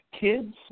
kids